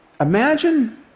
imagine